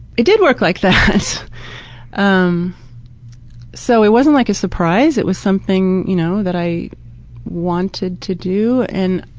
it did work like that. um so, it wasn't like a surprise. it was something you know that i wanted to do and